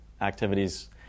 activities